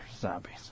zombies